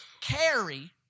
carry